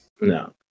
No